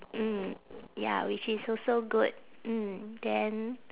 mm ya which is also good mm then